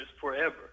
forever